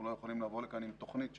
לא יכולים לבוא לכאן עם תוכנית שאושרה,